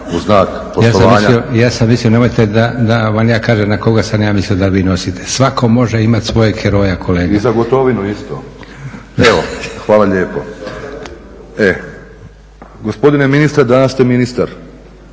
Josip (SDP)** Ja sam mislio, nemojte da vam ja kažem na koga sam ja mislio da vi nosite. Svatko može imati svojeg heroja kolega. **Grubišić, Boro (HDSSB)** I za Gotovinu isto. Evo hvala lijepo. Gospodine ministre, danas ste ministar.